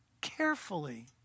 carefully